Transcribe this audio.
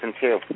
two